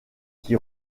qui